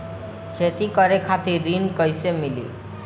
खेती करे खातिर ऋण कइसे मिली?